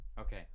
okay